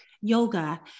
yoga